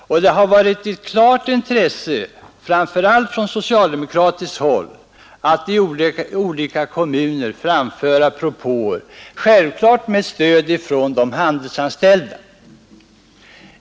Det har varit ett klart intresse, framför allt från socialdemokratiskt håll, att i olika kommuner framföra propåer, självfallet med stöd från de handelsanställda.